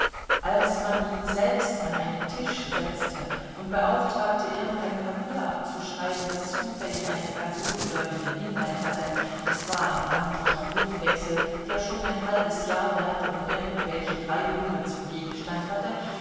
als man ihn selbst an einen tisch setzte und beauftragte irgendein papier abzuschreiben das zufällig einen ganz unbedeutenden inhalt hatte es war ein amtlicher briefwechsel der schon ein halbes jahr währte und irgendwelche drei rubel zum gegenstand hatte